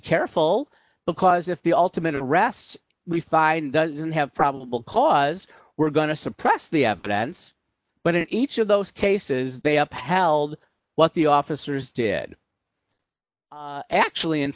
careful because if the ultimate arrests we find doesn't have probable cause we're going to suppress the evidence but in each of those cases they upheld what the officers did actually in